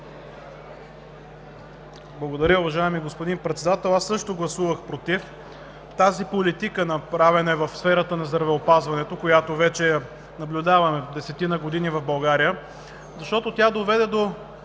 Благодаря, уважаеми господин Председател. Аз също гласувах „против“ тази политика, направена в сферата на здравеопазването, която наблюдаваме вече десетина години в България, защото доведе до